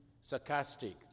sarcastic